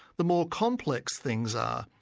the more complex things are,